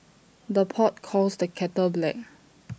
the pot calls the kettle black